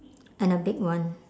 and a big one